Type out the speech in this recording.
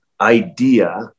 idea